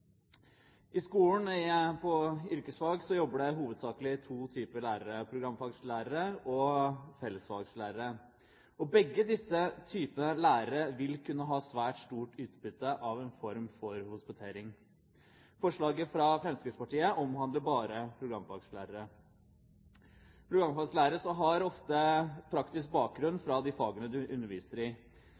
I skolen på yrkesfag jobber det hovedsakelig to typer lærere: programfaglærere og fellesfaglærere. Begge disse typene lærere vil kunne ha svært stort utbytte av en form for hospitering. Forslaget fra Fremskrittspartiet omhandler bare programfaglærere. Programfaglærere har ofte praktisk bakgrunn fra de fagene de underviser i.